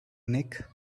nick